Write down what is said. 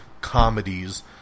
comedies